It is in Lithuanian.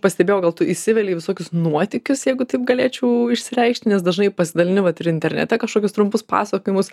pastebėjau gal tu įsiveli į visokius nuotykius jeigu taip galėčiau išsireikšti nes dažnai pasidalini vat ir internete kažkokius trumpus pasakojimus